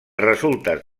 resultes